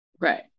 right